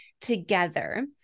together